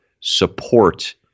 support